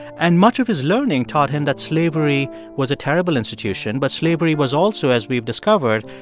and much of his learning taught him that slavery was a terrible institution, but slavery was also, as we've discovered,